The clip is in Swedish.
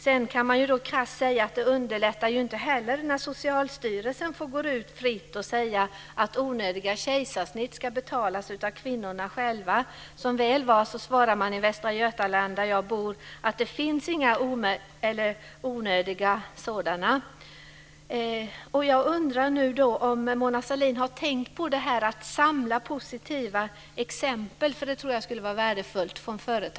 Sedan kan man krasst säga att det inte underlättar när Socialstyrelsen går ut fritt och säger att onödiga kejsarsnitt ska betalas av kvinnorna själva. Som väl var svarade man i Västra Götaland där jag bor att det inte finns några onödiga sådana. Jag undrar om Mona Sahlin har tänkt på att samla positiva exempel från företag. Det tror jag skulle vara värdefullt.